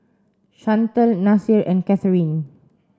Chantal Nasir and Catharine